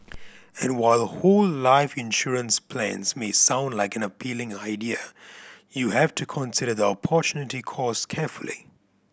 and while whole life insurance plans may sound like an appealing idea you have to consider the opportunity cost carefully